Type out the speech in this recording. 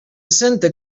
santa